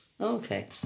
Okay